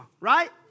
right